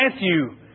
Matthew